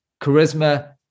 charisma